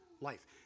life